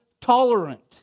tolerant